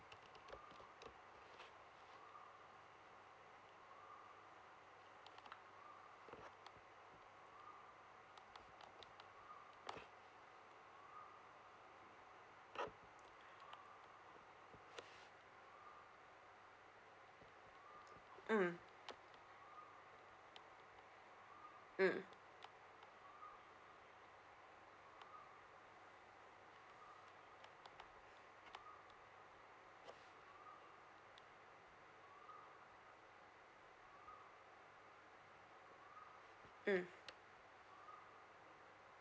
mm mm mm